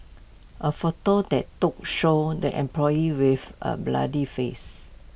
A photo that took shows the employee with A bloodied face